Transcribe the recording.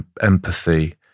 empathy